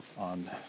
On